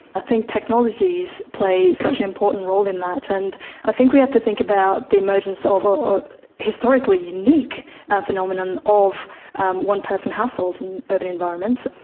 think technologies play such an important role in that, and i think we have to think about the emergence ah of a historically unique phenomenon of one-person households in urban environments.